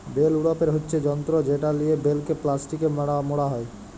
bell উড়াপের হচ্যে যন্ত্র যেটা লিয়ে বেলকে প্লাস্টিকে মড়া হ্যয়